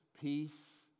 peace